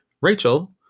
Rachel